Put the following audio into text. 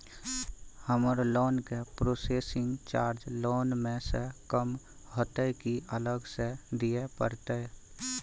हमर लोन के processing charge loan म स कम होतै की अलग स दिए परतै?